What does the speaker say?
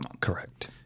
Correct